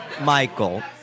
Michael